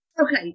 okay